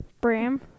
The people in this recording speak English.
Bram